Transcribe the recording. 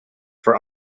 for